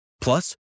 Plus